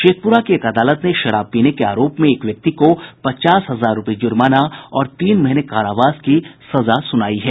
शेखपुरा की एक अदालत ने शराब पीने के आरोप में एक व्यक्ति को पचास हजार रूपये जुर्माना और तीन महीने कारावास की सजा सुनायी है